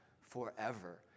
forever